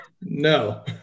No